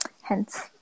Hence